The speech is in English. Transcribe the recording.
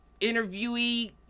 interviewee